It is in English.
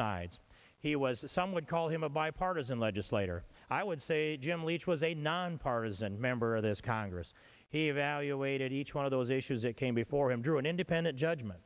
sides he was some would call him a bipartisan legislator i would say jim leach was a nonpartisan member of this congress he evaluated each one of those issues that came before him drew an independent judgment